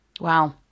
Wow